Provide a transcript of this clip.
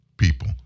people